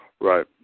Right